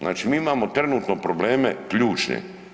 Znači mi imamo trenutne probleme ključne.